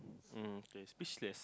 mm okay speechless